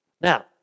Now